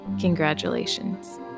congratulations